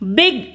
big